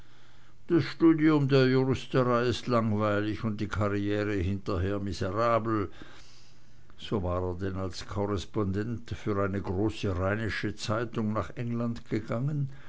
das studium der juristerei ist langweilig und die karriere hinterher miserabel so war er denn als korrespondent für eine große rheinische zeitung nach england gegangen